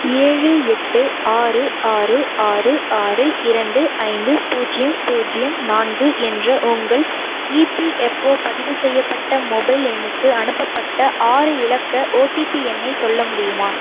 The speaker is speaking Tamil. ஏழு எட்டு ஆறு ஆறு ஆறு ஆறு இரண்டு ஐந்து பூஜ்ஜியம் பூஜ்ஜியம் நான்கு என்ற உங்கள் இபிஎஃப்ஓ பதிவு செய்யப்பட்ட மொபைல் எண்ணுக்கு அனுப்பப்பட்ட ஆறு இலக்க ஓடிபி எண்ணை சொல்ல முடியுமா